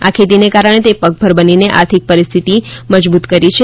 આ ખેતીને કારણે તે પગભર બનીને આર્થિક પરિસ્થિતિ મજબૂત કરી છે